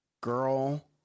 girl